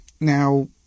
Now